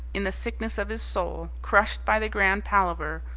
in the sickness of his soul, crushed by the grand palaver,